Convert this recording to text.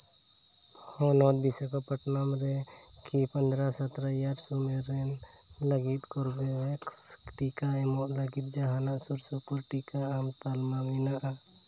ᱦᱚᱱᱚᱛ ᱵᱷᱤᱥᱟᱠᱟ ᱯᱚᱛᱛᱚᱱᱚᱢ ᱨᱮ ᱠᱤ ᱯᱚᱸᱫᱽᱨᱚ ᱥᱚᱛᱨᱚ ᱤᱭᱟᱨᱥ ᱩᱢᱮᱹᱨ ᱨᱮᱱ ᱞᱟᱹᱜᱤᱫ ᱠᱳᱨᱵᱮᱵᱷᱮᱠᱥ ᱴᱤᱠᱟᱹ ᱮᱢᱚᱜ ᱞᱟᱹᱜᱤᱫ ᱡᱟᱦᱟᱱᱟᱜ ᱥᱩᱨᱼᱥᱩᱯᱩᱨ ᱴᱤᱠᱟᱹ ᱮᱢ ᱛᱟᱞᱢᱟ ᱢᱮᱱᱟᱜᱼᱟ